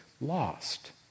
lost